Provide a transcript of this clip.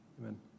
Amen